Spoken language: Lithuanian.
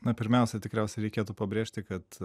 na pirmiausia tikriausiai reikėtų pabrėžti kad